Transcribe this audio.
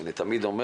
אני תמיד אומר